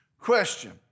question